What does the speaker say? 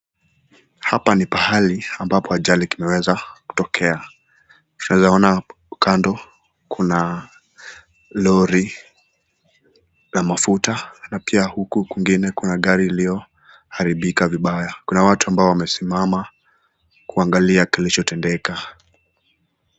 Hapa ni pahali ambapo ajali kimeweza kutokea. Tunaona hapo kando kuna lori la mafuta na pia huku kwingine Kuna gari iliyo haribika vibaya. Kuna watu ambao wamesimama kuangalia kilichotendeka.